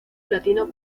platino